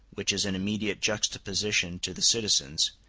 which is in immediate juxtaposition to the citizens,